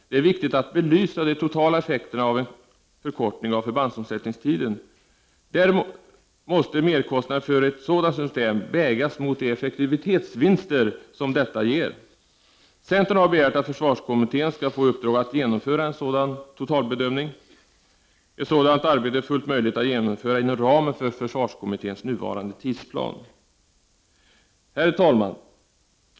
Det är viktigt att belysa de totala effekterna av en förkortning av förbandsomsättningstiden. Merkostnaden för ett sådant system måste vägas mot de effektivitetsvinster som detta ger. Vi i centern har begärt att försvarskommittén skall få i uppdrag att göra en sådan totalbedömning. Ett sådant arbete är fullt möjligt att genomföra inom ramen för försvarskommitténs nuvarande tidsplan. Herr talman!